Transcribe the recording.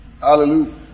Hallelujah